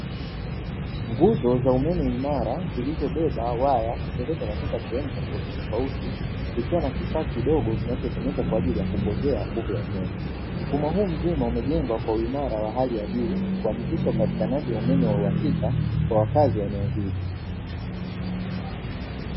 Nguzo za umeme imara zilizobeba waya nakupeleka sehemu tofauti tofauti ikiwa na kifaa kidogo kinachotumika kwaajili ya kupoozea nguzo ya umeme. Mfumo huu mzima umejengwa kwa uimara wa hali ya juu kuhakikisha upatikanaji wa umeme wa uwakika kwa wakazi wa eneo hili.